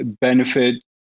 benefit